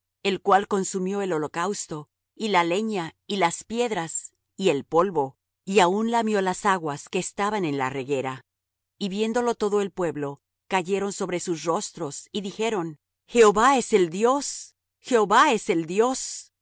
el cual consumió el holocausto y la leña y las piedras y el polvo y aun lamió las aguas que estaban en la reguera y viéndolo todo el pueblo cayeron sobre sus rostros y dijeron jehová es el dios jehová es el dios